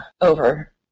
over